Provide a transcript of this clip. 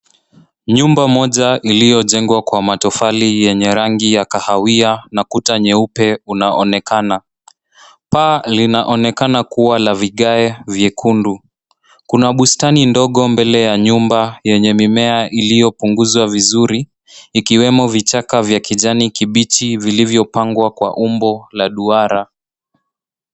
Nyumba moja iliyojengwa kwa matofali yenye rangi ya kahawia nakuta nyeupe unaonekana. Paa linaonekana kuwa la vigae vyekundu. Kuna bustani ndogo mbele ya nyumba yenye mimea iliyopunguzwa vizuri ikiwemo vichaka vya kijani kibichi vilivyopangwa kwa umbo la duara.